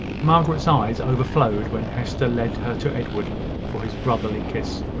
margaret's eyes overflowed when hester led her to edward for his brotherly kiss.